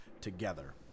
together